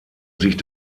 sich